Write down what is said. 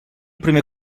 primer